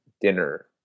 dinner